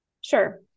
Sure